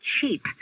cheap